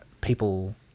people